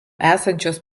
esančios